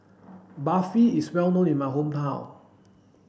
Barfi is well known in my hometown